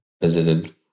visited